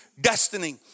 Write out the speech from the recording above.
destiny